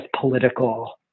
political